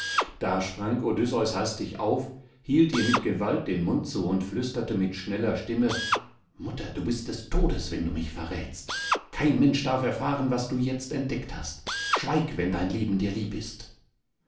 da sprang odysseus hastig auf hielt ihr mit gewalt den mund zu und flüsterte mit schneller stimme mutter du bist des todes wenn du mich verrätst kein mensch darf erfahren was du jetzt entdeckt hast schweig wenn dein leben dir lieb ist